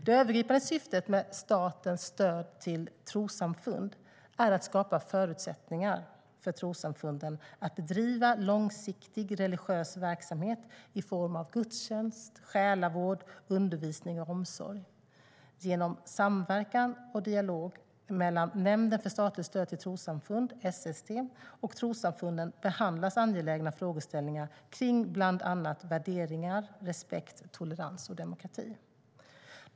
Det övergripande syftet med statens stöd till trossamfund är att skapa förutsättningar för trossamfunden att bedriva långsiktig religiös verksamhet i form av gudstjänst, själavård, undervisning och omsorg. Genom samverkan och dialog mellan SST, alltså Nämnden för statligt stöd till trossamfund, och trossamfunden behandlas angelägna frågeställningar kring bland annat värderingar, respekt, tolerans och demokrati.